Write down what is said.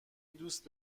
دوست